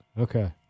Okay